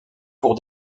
pour